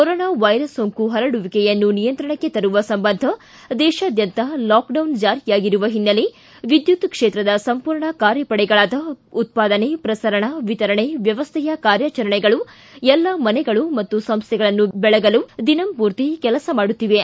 corona virus ಸೋಂಕು ಹರಡುವಿಕೆಯನ್ನು ನಿಯಂತ್ರಣಕ್ಕೆ ತರುವ ಸಂಬಂಧ ದೇಶಾದ್ಯಂತ ಲಾಕ್ಡೌನ್ ಜಾರಿಯಾಗಿರುವ ಹಿನ್ನೆಲೆ ವಿದ್ಯುತ್ ಕ್ಷೇತ್ರದ ಸಂಪೂರ್ಣ ಕಾರ್ಯಪಡೆಗಳಾದ ಉತ್ಪಾದನೆ ಪ್ರಸರಣ ವಿತರಣೆ ವ್ಯವಸ್ಥೆಯ ಕಾರ್ಯಾಚರಣೆಗಳು ಎಲ್ಲ ಮನೆಗಳು ಮತ್ತು ಸಂಸ್ಥೆಗಳನ್ನು ಬೆಳಗಲು ದಿನಂಪೂರ್ತಿ ಕೆಲಸ ಮಾಡುತ್ತಿವೆ